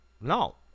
No